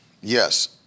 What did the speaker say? Yes